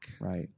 right